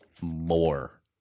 more